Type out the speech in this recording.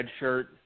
redshirt